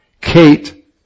Kate